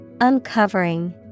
Uncovering